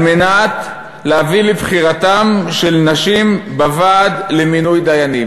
על מנת להביא לבחירתן של נשים לוועדה למינוי דיינים.